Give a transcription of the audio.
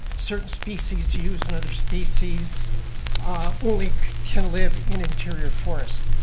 certain species use and other species only can live in interior forest.